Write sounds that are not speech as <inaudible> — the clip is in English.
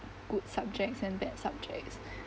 good subjects and bad subjects <breath>